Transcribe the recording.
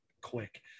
quick